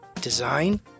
design